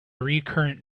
recurrent